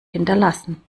hinterlassen